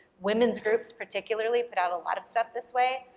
women's groups, particularly, put out a lot of stuff this way.